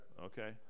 okay